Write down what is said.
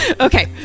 Okay